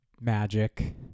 magic